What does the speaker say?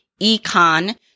Econ